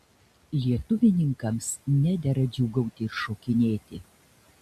lietuvininkams nedera džiūgauti ir šokinėti